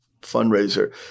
fundraiser